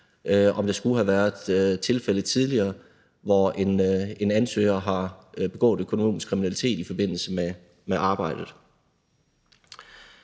om der skulle have været tilfælde tidligere, hvor en ansøger har begået økonomisk kriminalitet i forbindelse med arbejdet.